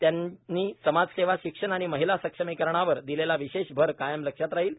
त्यांनी समाजसेवा शिक्षण आणि महिला सक्षमीकरणावर दिलेला विशेष भर कायम लक्षात राहील